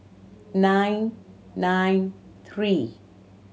nine nine three